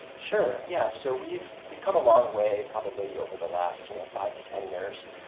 sure. yeah, so we've we've come a long way, probably, over the last you know five to ten years,